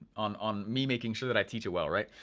on on me making sure that i teach it well, right.